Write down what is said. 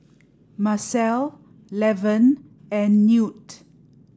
Marcel Levon and Newt